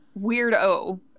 weirdo